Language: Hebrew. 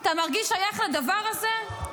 אתה מרגיש שייך לדבר הזה?